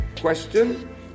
question